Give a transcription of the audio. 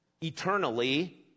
eternally